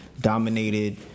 dominated